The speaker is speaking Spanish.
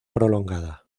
prolongada